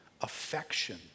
affection